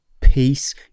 peace